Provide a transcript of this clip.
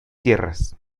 tierras